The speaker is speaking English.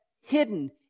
hidden